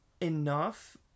enough